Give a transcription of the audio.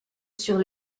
sur